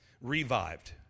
Revived